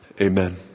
Amen